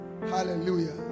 Hallelujah